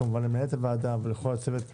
כמובן למנהלת הוועדה ולכל הצוות שאיתה.